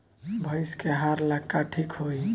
भइस के आहार ला का ठिक होई?